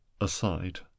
aside